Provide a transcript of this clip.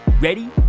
Ready